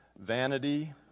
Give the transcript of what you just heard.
vanity